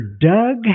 Doug